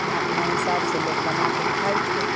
अपना अपना हिसाबसँ लोक बनाके खाइ छै